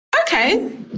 okay